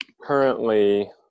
currently